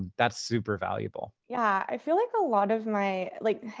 that's super valuable. yeah, i feel like a lot of my, like,